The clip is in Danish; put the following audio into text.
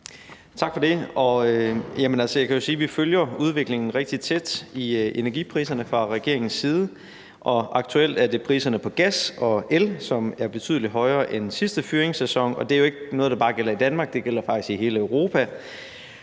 kan sige, at vi følger udviklingen i energipriserne rigtig tæt fra regeringens side, og aktuelt er det priserne på gas og el, som er betydelig højere end sidste fyringssæson, og det er jo ikke noget, der bare gælder i Danmark, det gælder faktisk i hele Europa.